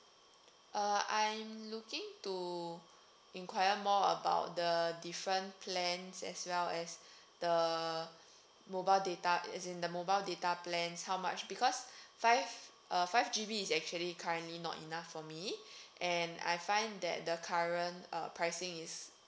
uh I'm looking to inquire more about the different plans as well as the mobile data as in the mobile data plans how much because five uh five G_B is actually currently not enough for me and I find that the current uh pricing is